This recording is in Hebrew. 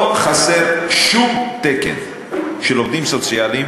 לא חסר שום תקן של עובדים סוציאליים